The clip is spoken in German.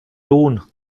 lohn